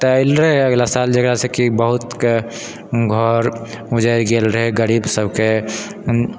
तऽ आयल रहै अगला साल जकरासँ कि बहुतके घर उजड़ि गेल रहै गरीबसभके